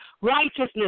righteousness